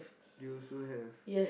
they also have